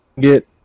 Get